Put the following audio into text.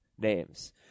names